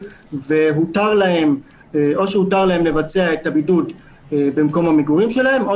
והותר להם או שהותר להם לבצע את הבידוד במקום המגורים שלהם או